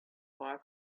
far